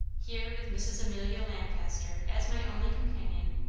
here, with mrs. amelia lancaster as my only companion,